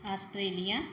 Australia